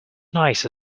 nicer